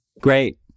Great